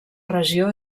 regió